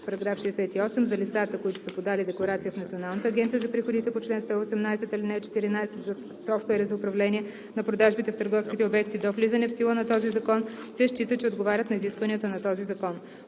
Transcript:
„§ 68. За лицата, които са подали декларация в Националната агенция за приходите по чл. 118, ал. 14 за софтуери за управление на продажбите в търговските обекти до влизане в сила на този закон, се счита, че отговарят на изискванията на този закон.“